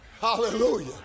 hallelujah